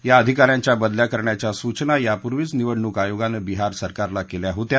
या अधिकाऱ्यांच्या बदल्या करण्याच्या सूचना यापूर्वीच निवडणूक आयोगानं बिहार सरकारला केल्या होत्या